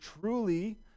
truly